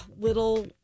little